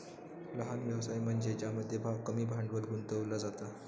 लहान व्यवसाय म्हनज्ये ज्यामध्ये कमी भांडवल गुंतवला जाता